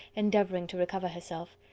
endeavouring to recover herself.